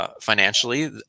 Financially